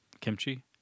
Kimchi